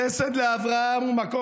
חסד לאברהם הוא מקום,